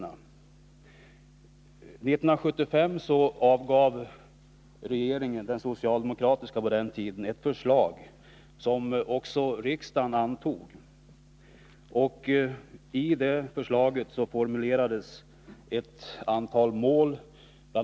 1975 avgav regeringen, som var socialdemokratisk på den tiden, ett förslag som riksdagen antog. Där formulerades ett antal mål. Bl.